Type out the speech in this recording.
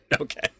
okay